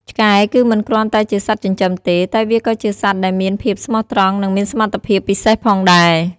ឆ្កែគឺមិនគ្រាន់តែជាសត្វចិញ្ចឹមទេ តែវាក៏ជាសត្វដែលមានភាពស្មោះត្រង់និងមានសមត្ថភាពពិសេសផងដែរ។